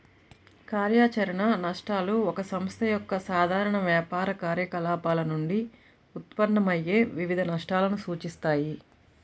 కార్యాచరణ నష్టాలు ఒక సంస్థ యొక్క సాధారణ వ్యాపార కార్యకలాపాల నుండి ఉత్పన్నమయ్యే వివిధ నష్టాలను సూచిస్తాయి